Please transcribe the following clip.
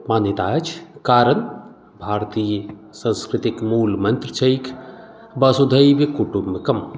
मान्यता अछि कारण भारतीय संस्कृतिके मूल मंत्र अछि वसुधैव कुटुम्बकम